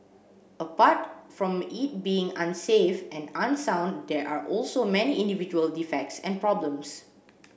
apart from it being unsafe and unsound there are also many individual defects and problems